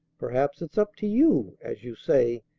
perhaps it's up to you as you say,